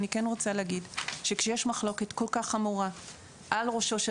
אני כן רוצה להגיד שכשיש מחלוקת כל כך חמורה על ראשו של